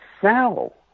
sell